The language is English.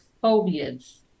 phobias